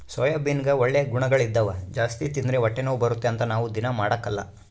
ಸೋಯಾಬೀನ್ನಗ ಒಳ್ಳೆ ಗುಣಗಳಿದ್ದವ ಜಾಸ್ತಿ ತಿಂದ್ರ ಹೊಟ್ಟೆನೋವು ಬರುತ್ತೆ ಅಂತ ನಾವು ದೀನಾ ಮಾಡಕಲ್ಲ